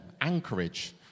Anchorage